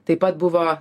taip pat buvo